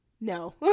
no